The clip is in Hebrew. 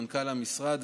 מנכ"ל המשרד,